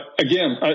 again